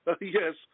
yes